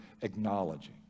acknowledging